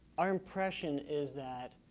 our impression is that.